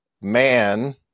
man